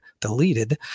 deleted